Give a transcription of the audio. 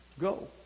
go